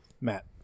Matt